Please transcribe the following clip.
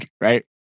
Right